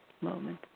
moment